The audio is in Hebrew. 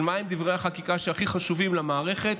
מהם דברי החקיקה שהכי חשובים למערכת,